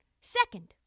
Second